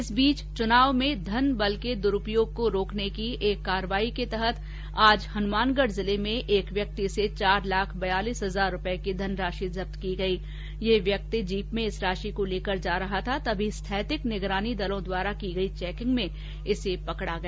इस बीच चुनाव में धनबल के द्ररूपयोग को रोकने की एक कार्यवाही के तहत हनुमानगढ़ जिले में एक व्यक्ति से चार लाख बयालीस हजार रूपये की धनराशि जब्त की गई ये व्यक्ति जीप में इस राशि को लेकर जा रहा तभी स्थैतिक निगरानी दलों द्वारा की गई चैकिंग में इसे पकड़ा गया